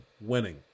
winning